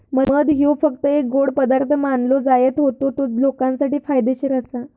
मध ह्यो फक्त एक गोड पदार्थ मानलो जायत होतो जो लोकांसाठी फायदेशीर आसा